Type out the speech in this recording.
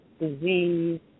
disease